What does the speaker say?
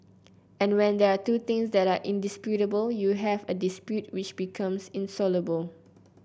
and when there are two things that are indisputable you have a dispute which becomes insoluble